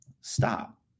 stop